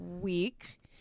week